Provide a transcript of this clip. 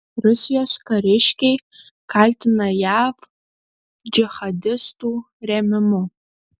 rusijos kariškiai kaltina jav džihadistų rėmimu